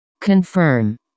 Confirm